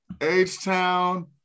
H-Town